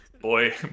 boy